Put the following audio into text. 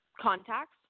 contacts